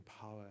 power